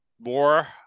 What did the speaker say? more